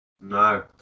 No